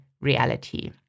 reality